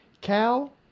Cal